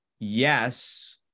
yes